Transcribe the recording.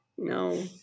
No